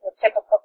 typical